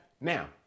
Now